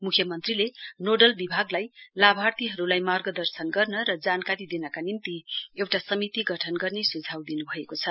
मुख्यमन्त्रीले नोडल विभागलाई लाभार्थीहरुलाई मार्गदर्शन गर्न र जानकारी दिनका निम्ति एउटा समिति गठन गर्ने सुझाउ दिनुभएको छ